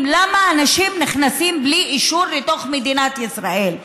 למה אנשים נכנסים בלי אישור לתוך מדינת ישראל.